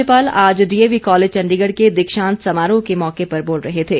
राज्यपाल आज DAV college Chandigarh के दीक्षांत समारोह के मौके पर बोल रहे थे